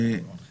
בר-און חברון.